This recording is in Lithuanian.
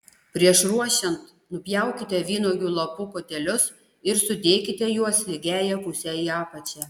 prieš ruošiant nupjaukite vynuogių lapų kotelius ir sudėkite juos lygiąja puse į apačią